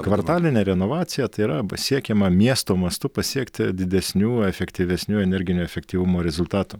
kvartalinė renovacija tai yra pasiekiama miesto mastu pasiekti didesnių efektyvesnių energinio efektyvumo rezultatų